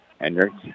Hendricks